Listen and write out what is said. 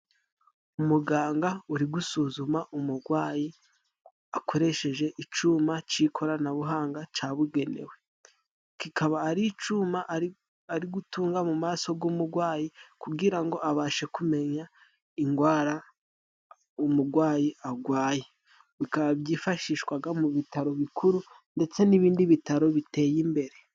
Umuganga uri gusuzuma umugwayi akoresheje icuma c'ikoranabuhanga cabugenewe. Kikaba ari icuma ari gutunga mu maso g'umugwayi, kugira ngo abashe kumenya ingwara umugwayi agwaye. Bikaba byifashishwaga mu bitaro bikuru ndetse n'ibindi bitaro biteye imbere.